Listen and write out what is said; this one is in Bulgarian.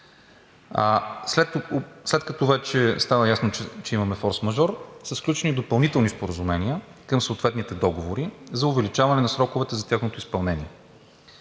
След като вече стана ясно, че имаме форсмажор, са сключени допълнителни споразумения към съответните договори за увеличаване на сроковете за тяхното изпълнение.